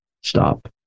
stop